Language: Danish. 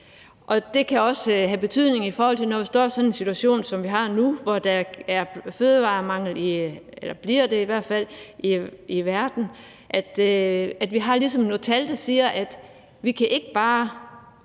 på. Det kan også have betydning, når vi står i sådan en situation, som vi står i nu, hvor der er fødevaremangel – eller i hvert fald bliver det – i verden, at vi har nogle tal, der viser, at vi ikke bare